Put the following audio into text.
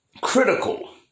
critical